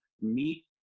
meet